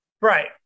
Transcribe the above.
Right